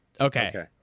Okay